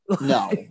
no